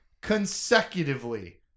consecutively